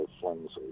flimsy